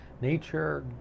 nature